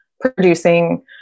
producing